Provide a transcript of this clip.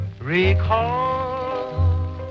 recall